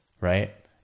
right